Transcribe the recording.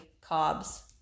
cobs